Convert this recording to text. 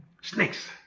Snakes